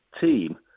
team